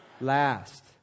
Last